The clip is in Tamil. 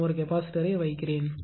நான் ஒரு கெப்பாசிட்டர்யை வைக்கிறேன்